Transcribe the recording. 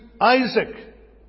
Isaac